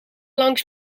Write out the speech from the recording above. langs